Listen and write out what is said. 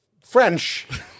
French